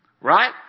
Right